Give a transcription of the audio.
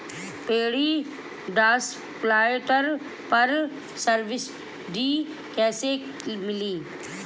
Paddy transplanter पर subsidy कैसे मिली?